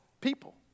people